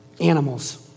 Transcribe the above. animals